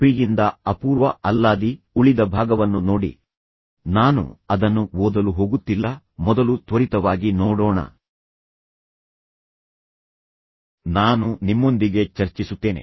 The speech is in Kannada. ಪಿ ಯಿಂದ ಅಪೂರ್ವ ಅಲ್ಲಾದಿ ಉಳಿದ ಭಾಗವನ್ನು ನೋಡಿ ನಾನು ಅದನ್ನು ಓದಲು ಹೋಗುತ್ತಿಲ್ಲ ಮೊದಲು ತ್ವರಿತವಾಗಿ ನೋಡೋಣ ಮತ್ತು ನಂತರ ನಾನು ಇದನ್ನು ಚರ್ಚಿಸಲು ಹೋಗುತ್ತಿದ್ದೇನೆ ಅದನ್ನು ನೋಡಲು ಒಂದು ಅಥವಾ ಎರಡು ಸೆಕೆಂಡುಗಳನ್ನು ತೆಗೆದುಕೊಳ್ಳಿ ಮತ್ತು ನಂತರ ನಾನು ನಿಮ್ಮೊಂದಿಗೆ ಚರ್ಚಿಸುತ್ತೇನೆ